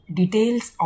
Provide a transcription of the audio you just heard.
details